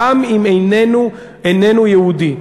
גם אם הוא איננו יהודי,